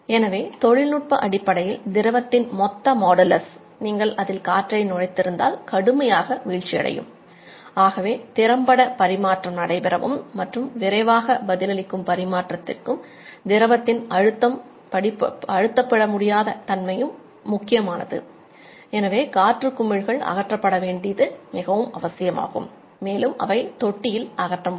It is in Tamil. எனவே தொழில்நுட்ப அடிப்படையில் திரவத்தின் மொத்த மாடுலஸ் மிகவும் முக்கியமானது எனவே காற்று குமிழ்கள் அகற்றப்பட வேண்டியது அவசியம் மேலும் அவை தொட்டியில் அகற்றப்படும்